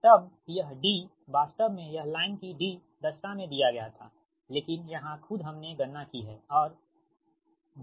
तब यह D वास्तव में यह लाइन की D दक्षता में दिया गया था लेकिन यहां खुद हमने गणना की है और voltage regulation VS